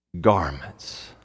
garments